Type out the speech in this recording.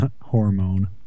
Hormone